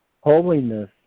Holiness